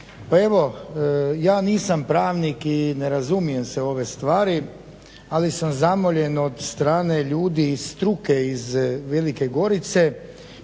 Pa evo ja nisam pravnik i ne razumijem se u ove stvari ali sam zamoljen od strane ljudi iz struke iz Velike Gorice